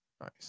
nice